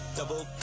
Double